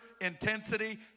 intensity